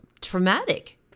traumatic